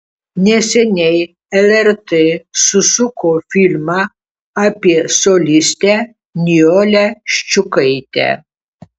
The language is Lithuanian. neseniai lrt susuko filmą apie solistę nijolę ščiukaitę